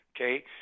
Okay